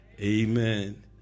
amen